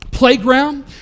playground